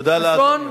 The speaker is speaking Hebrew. תודה לאדוני.